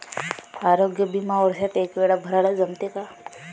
आरोग्य बिमा वर्षात एकवेळा भराले जमते का?